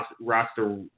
roster